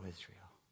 Israel